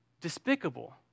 despicable